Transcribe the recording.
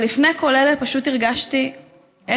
אבל לפני כל אלה פשוט הרגשתי עצב